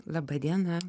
laba diena